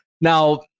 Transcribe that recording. now